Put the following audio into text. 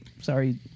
sorry